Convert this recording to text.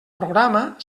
programa